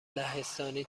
لهستانی